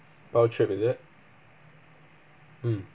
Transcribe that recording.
power trip is it mm